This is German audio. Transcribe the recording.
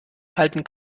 halten